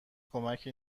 کمکی